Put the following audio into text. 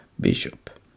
bishop